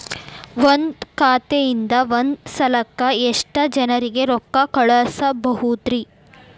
ಒಂದ್ ಖಾತೆಯಿಂದ, ಒಂದ್ ಸಲಕ್ಕ ಎಷ್ಟ ಜನರಿಗೆ ರೊಕ್ಕ ಕಳಸಬಹುದ್ರಿ?